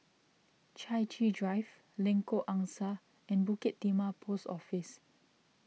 Chai Chee Drive Lengkok Angsa and Bukit Timah Post Office